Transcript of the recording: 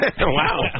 Wow